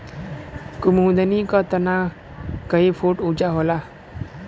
कुमुदनी क तना कई फुट ऊँचा होला